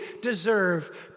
deserve